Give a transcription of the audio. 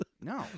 No